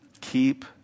Keep